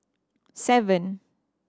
seven